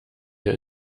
dir